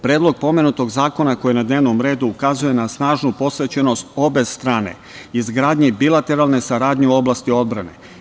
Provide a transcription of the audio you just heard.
Predlog pomenutog zakona koji je na dnevnom redu ukazuje na snažnu posvećenost obe strane izgradnji bilateralne saradnje u oblasti odbrane.